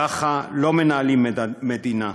ככה לא מנהלים מדינה.